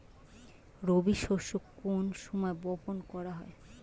রবি শস্য কোন সময় বপন করা হয়?